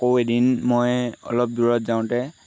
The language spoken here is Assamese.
আকৌ এদিন মই অলপ দূৰত যাওঁতে